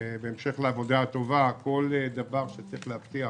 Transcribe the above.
בהמשך לעבודה הטובה כל דבר שצריך להבטיח